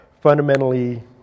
fundamentally